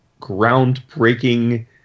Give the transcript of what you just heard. groundbreaking